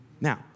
Now